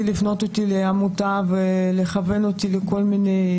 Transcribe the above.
להפנות אותי לעמותה ולכוון אותי לכל מיני